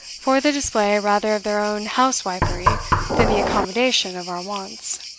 for the display rather of their own house-wifery than the accommodation of our wants.